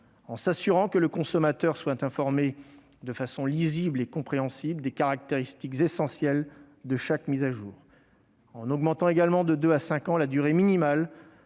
en s'assurant que le consommateur soit informé, de façon lisible et compréhensible, des caractéristiques essentielles de chaque mise à jour ; en augmentant de deux à cinq ans la durée minimale